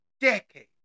decades